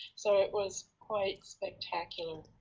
so it was quite spectacular.